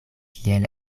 kiel